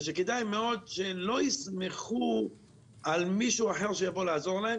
ושכדאי מאוד שלא יסמכו על מישהו אחר שיבוא לעזור להם,